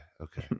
okay